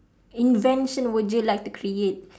invention would you like to create